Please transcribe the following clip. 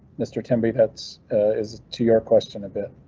mr tibbetts is to your question a bit.